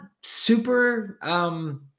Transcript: super